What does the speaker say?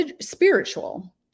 spiritual